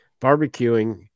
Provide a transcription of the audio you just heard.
Barbecuing